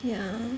yeah